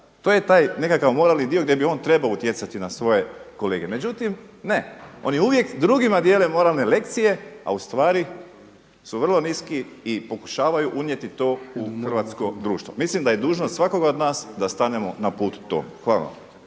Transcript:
To je taj nekakav moralni dio gdje bi on trebao utjecati na svoje kolete. Međutim ne, oni uvijek drugima dijele moralne lekcije, a ustvari su vrlo niski i pokušavaju unijeti to u hrvatsko društvo. Mislim da je dužnost svakoga od nas da stanemo na put tome. Hvala